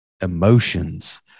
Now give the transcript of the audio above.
emotions